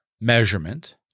measurement